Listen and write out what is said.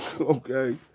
Okay